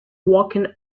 walking